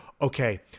okay